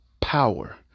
power